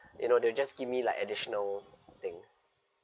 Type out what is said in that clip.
you know they just give me like additional thing